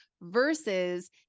versus